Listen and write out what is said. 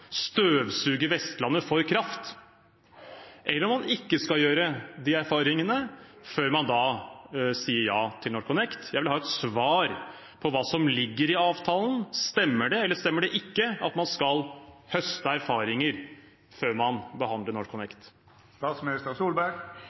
støvsuge Vestlandet for kraft, eller om man ikke skal gjøre de erfaringene før man sier ja til NorthConnect. Jeg vil ha et svar på hva som ligger i avtalen. Stemmer det eller stemmer det ikke at man skal høste erfaringer før man behandler NorthConnect?